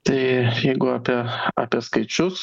tai jeigu apie apie skaičius